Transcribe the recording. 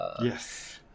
Yes